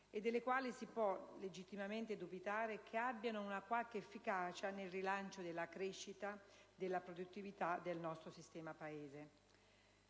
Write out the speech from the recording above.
- delle quali si può legittimamente dubitare che abbiano una qualche efficacia nel rilancio della crescita e della produttività del nostro sistema Paese.